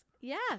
Yes